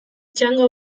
txango